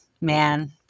man